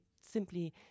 simply